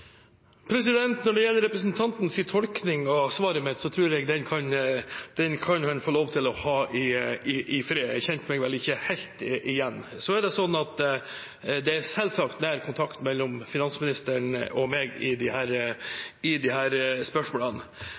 Når det gjelder representantens tolkning av svaret mitt, tror jeg at den kan han få lov til å ha i fred. Jeg kjente meg vel ikke helt igjen. Det er selvsagt nær kontakt mellom finansministeren og meg i